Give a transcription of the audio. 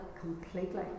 completely